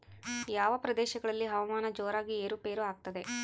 ಯಾವ ಪ್ರದೇಶಗಳಲ್ಲಿ ಹವಾಮಾನ ಜೋರಾಗಿ ಏರು ಪೇರು ಆಗ್ತದೆ?